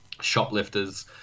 shoplifters